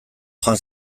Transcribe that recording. joan